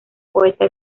poeta